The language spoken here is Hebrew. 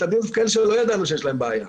מתאבדים הם כאלה שלא ידענו שיש להם בעיה.